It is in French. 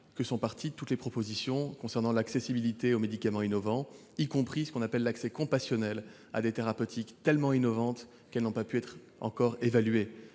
que sont parties toutes les propositions concernant l'accessibilité aux médicaments innovants, y compris sur ce que l'on appelle « l'accès compassionnel » à des thérapeutiques tellement innovantes qu'elles n'ont pas pu être encore évaluées